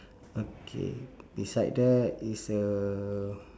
okay beside that is a